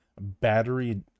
battery